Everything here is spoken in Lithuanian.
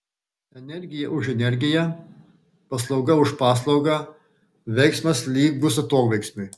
energija už energiją paslauga už paslaugą veiksmas lygus atoveiksmiui